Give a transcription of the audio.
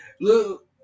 look